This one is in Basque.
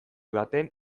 baten